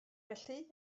felly